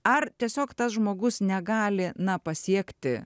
ar tiesiog tas žmogus negali na pasiekti